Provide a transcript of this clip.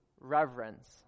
reverence